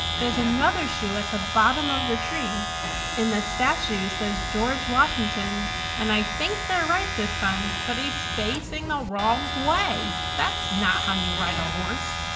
there's another shoe at the bottom of the tree and the statue says george washington and i think they're right this time, but he's facing the wrong way. that's not how you ride a horse.